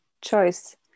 choice